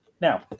Now